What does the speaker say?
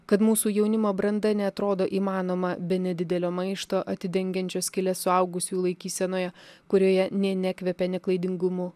kad mūsų jaunimo branda neatrodo įmanoma be nedidelio maišto atidengiančio skyles suaugusiųjų laikysenoje kurioje nė nekvepia neklaidingumu